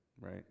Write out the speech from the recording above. right